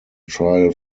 trial